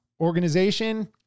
Organization